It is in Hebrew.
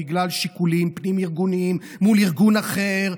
בגלל שיקולים פנים-ארגוניים מול ארגון אחר,